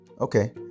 okay